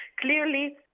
Clearly